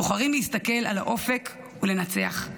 בוחרים להסתכל על האופק, ולנצח.